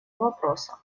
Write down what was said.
вопроса